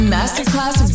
Masterclass